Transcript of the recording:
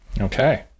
Okay